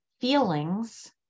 feelings